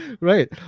right